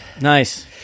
Nice